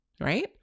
right